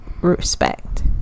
respect